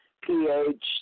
PH